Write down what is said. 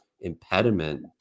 impediment